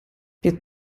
più